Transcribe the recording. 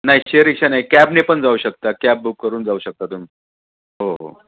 नाही share rickshaw नाही कॅबने पण जाऊ शकता कॅब बुक करून जाऊ शकता तुम्ही हो हो